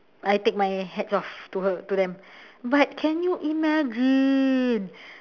I take my hats off to her to them but can you imagine